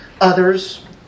others